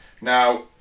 Now